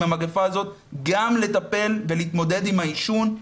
המגפה הזאת גם לטפל ולהתמודד עם העישון.